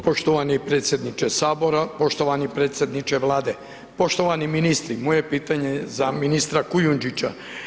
Poštovani predsjedniče sabora, poštovani predsjedniče Vlade, poštovani ministri moje pitanje je za ministra Kujundžića.